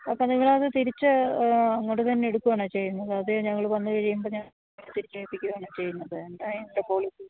അപ്പം നിങ്ങളത് തിരിച്ച് അങ്ങോട്ട് തന്നെ എടുക്കുവാണോ ചെയ്യുന്നത് അതെയോ ഞങ്ങൾ വന്ന് കഴിയുമ്പം ഞ്ഞങ്ങൾക്ക് തിരിച്ചേൽപ്പിക്കുവാണോ ചെയ്യുന്നത് എന്താ അതിന്റെ പോളിസി